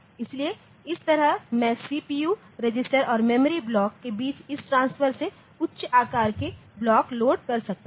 इसलिए इस तरह मैं सीपीयू रजिस्टर और मेमोरी ब्लॉकों के बीच इस ट्रांसफर से उच्च आकार के ब्लॉक लोड कर सकता हूं